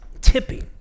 tipping